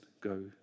go